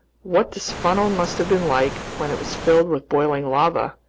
what this funnel must have been like when it was filled with boiling lava,